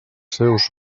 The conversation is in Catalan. seus